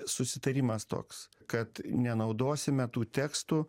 susitarimas toks kad nenaudosime tų tekstų